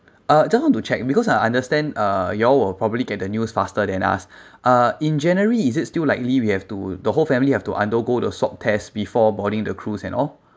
uh just want to check because I understand uh you all will probably get the news faster than us uh in january is it still likely we have to the whole family have to undergo the swab test before boarding the cruise and all